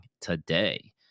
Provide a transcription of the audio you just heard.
today